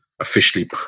officially